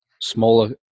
smaller